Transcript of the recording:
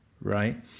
right